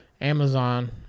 Amazon